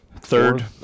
Third